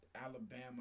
Alabama